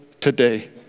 today